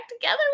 together